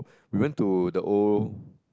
we went to the old